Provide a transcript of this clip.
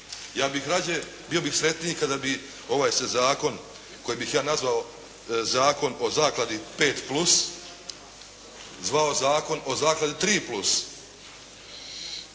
Ja bih rađe, bio bih sretniji kada bi ovaj se zakon koji bi ja nazvao zakon o zakladi 5+, zvao zakon o zakladi 3+